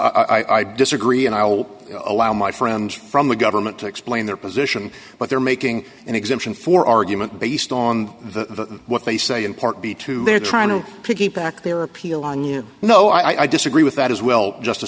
i disagree and i will allow my friends from the government to explain their position but they're making an exemption for argument based on the what they say in part b to they're trying to piggyback their appeal on you know i disagree with that as well just